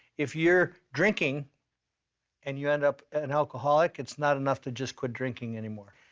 if you're drinking and you end up an alcoholic, it's not enough to just quit drinking anymore.